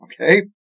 Okay